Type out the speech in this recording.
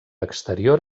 exterior